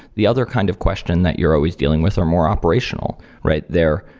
the other kind of question that you're always dealing with are more operational, right? they're,